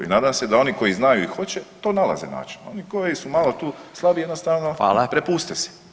I nadam se da oni koji znaju i hoće tu nalaze načina, oni koji su malo tu slabiji jednostavno prepuste se.